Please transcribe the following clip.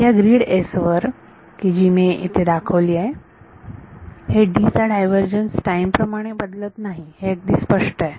तर या grid S वर की जी मी इथे दाखवली आहे हे D चा डायव्हर्जन्स टाईम प्रमाणे बदलत नाही हे अगदी स्पष्ट आहे